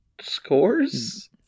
scores